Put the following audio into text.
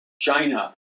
China